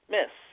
Miss